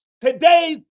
today's